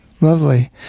Lovely